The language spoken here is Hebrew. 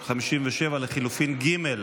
57 לחלופין ג'.